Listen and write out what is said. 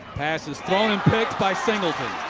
passes thrown and picked by singleton.